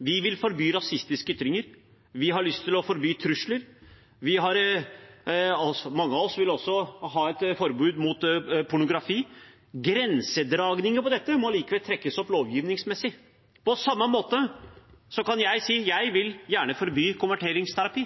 vi vil forby rasistiske ytringer, vi har lyst til å forby trusler, og mange av oss vil også ha et forbud mot pornografi. Grensedragningen for dette må allikevel trekkes opp lovgivningsmessig. På samme måte kan jeg si at jeg gjerne vil forby konverteringsterapi.